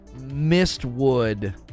Mistwood